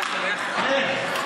אין.